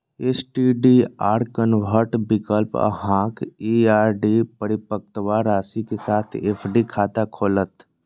STDR convert विकल्प अहांक ई आर.डी परिपक्वता राशि के साथ एफ.डी खाता खोलत